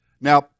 Now